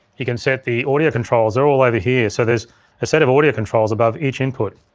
you can set the audio controls. they're all over here, so there's a set of audio controls above each input.